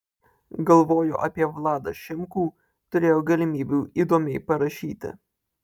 galvojo apie vladą šimkų turėjo galimybių įdomiai parašyti